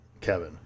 Kevin